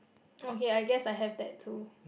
okay I guess I have that too